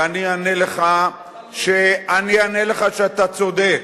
ואני אענה לך שאתה צודק.